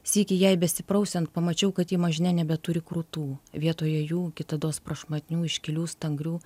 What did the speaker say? sykį jai besiprausiant pamačiau kad ji mažne nebeturi krūtų vietoje jų kitados prašmatnių iškilių stangrių